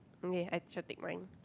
okay I shall take mine